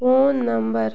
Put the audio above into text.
number job